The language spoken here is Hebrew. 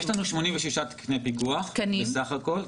יש לנו 86 תקני פיקוח בסך הכול,